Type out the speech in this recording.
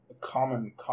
common